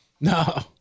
no